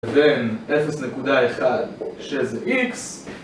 בין 0.1 שזה איקס